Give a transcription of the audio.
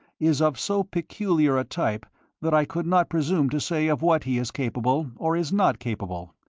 is of so peculiar a type that i could not presume to say of what he is capable or is not capable.